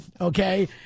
okay